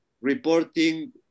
reporting